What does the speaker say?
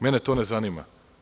Mene to ne zanima.